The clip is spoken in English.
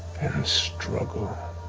struggle.